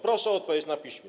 Proszę o odpowiedź na piśmie.